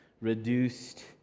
reduced